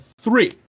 three